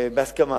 בהסכמה.